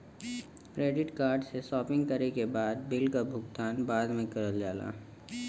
credit card से shopping करे के बाद बिल क भुगतान बाद में करल जाला